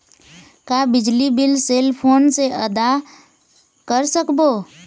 का बिजली bill cell phone से आदा कर सकबो?